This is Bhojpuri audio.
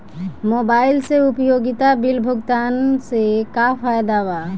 मोबाइल से उपयोगिता बिल भुगतान से का फायदा बा?